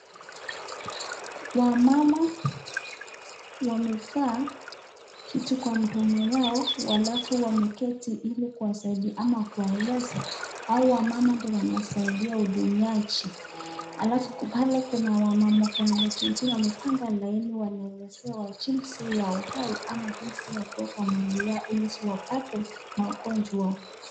Wamama wamevaa kitu kwa mdomo yao halafu wameketi hili kuwasaidia ama kuwaeleza, Hawa wamama ndio wanasaidia hudumiaji, Halafu pale kuna wamama wengine wamepanga laini wanaelezewa jinsi ya uhai ama jinsi ya kuweka mwili yao ili wasipate magonjwa